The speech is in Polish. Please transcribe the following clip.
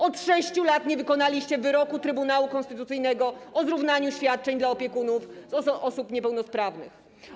Od 6 lat nie wykonaliście wyroku Trybunału Konstytucyjnego mówiącego o zrównaniu świadczeń dla opiekunów osób niepełnosprawnych.